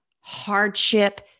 hardship